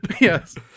Yes